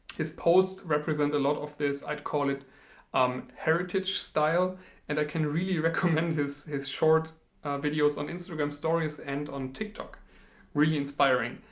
his posts represent a lot of this i'd call it um heritage style and i can really recommend his his short videos on instagram stories and on tiktok really inspiring.